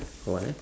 hold on